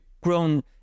grown